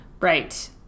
Right